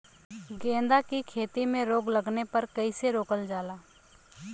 गेंदा की खेती में रोग लगने पर कैसे रोकल जाला?